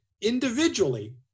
individually